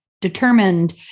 determined